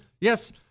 Yes